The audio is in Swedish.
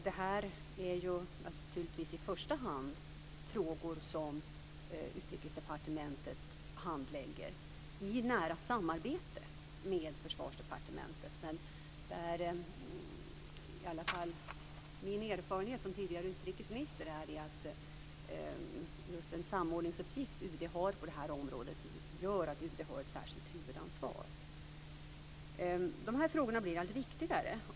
Det här är naturligtvis i första hand frågor som Utrikesdepartementet handlägger i nära samarbete med Försvarsdepartementet. Men min erfarenhet som tidigare utrikesminister är att just den samordningsuppgift som UD har på det här området gör att UD har ett särskilt huvudansvar. De här frågorna blir allt viktigare.